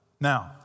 Now